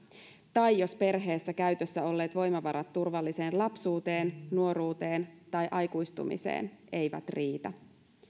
tai jos perheestä käytössä olleet voimavarat turvalliseen lapsuuteen nuoruuteen tai aikuistumiseen eivät riitä